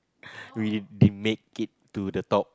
we didn't make it to the top